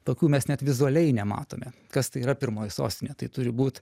tokių mes net vizualiai nematome kas tai yra pirmoji sostinė tai turi būt